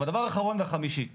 והדבר האחרון והחמישי הוא